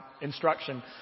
instruction